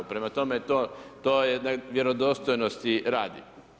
Prema tome, to je vjerodostojnosti radi.